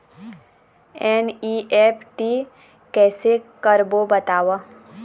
NEFT कैसे करबो बताव?